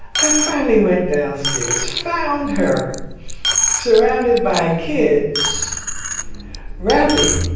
i finally went downstairs, found her surrounded by kids rapping.